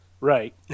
Right